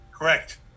Correct